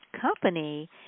Company